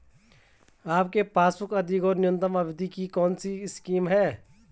आपके पासबुक अधिक और न्यूनतम अवधि की कौनसी स्कीम है?